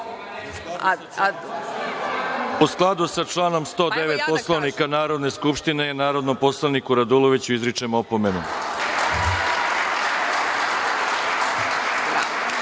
U skladu sa članom 109. Poslovnika Narodne skupštine, narodnom poslaniku Raduloviću izričem opomenu. Stav